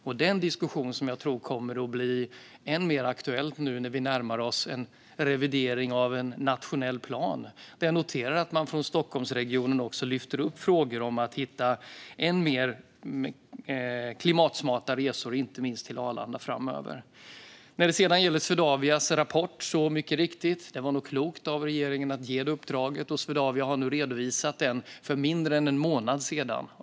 Det är en diskussion som jag tror kommer att bli än mer aktuell nu när vi närmar oss en revidering av nationell plan. Jag noterar att man från Stockholmsregionen lyfter upp frågor om att hitta än mer klimatsmarta resor framöver, inte minst till Arlanda. När det gäller Swedavias rapport var det nog, mycket riktigt, klokt av regeringen att ge detta uppdrag. Swedavia redovisade rapporten för mindre än en månad sedan.